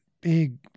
big